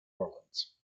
orleans